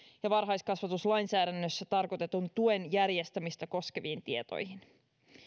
ja varhaiskasvatuslainsäädännössä tarkoitetun tuen järjestämistä koskeviin tietoihin